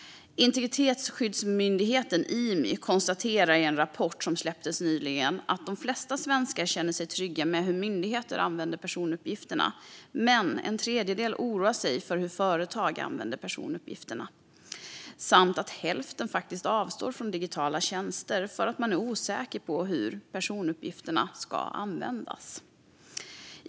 Integritetsskyddsmyndigheten, Imy, konstaterar i en rapport som släpptes nyligen att de flesta svenskar känner sig trygga med hur myndigheter använder personuppgifterna medan en tredjedel oroar sig för hur företag använder personuppgifterna samt att hälften avstår från digitala tjänster för att de är osäkra på hur personuppgifterna ska användas.